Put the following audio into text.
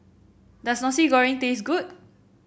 does Nasi Goreng taste good